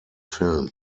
film